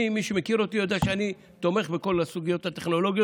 מי שמכיר אותי יודע שאני תומך בכל הסוגיות הטכנולוגיות,